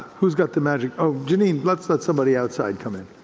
who's got the magic, oh janine, let let somebody outside come in.